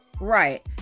right